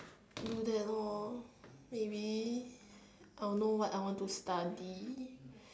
do that lor maybe I would know what I want to study